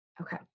Okay